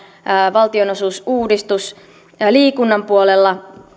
valtionosuusuudistuksen liikunnan puolella